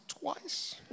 twice